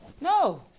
No